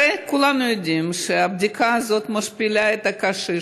הרי כולנו יודעים שהבדיקה הזאת משפילה את הקשיש.